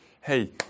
hey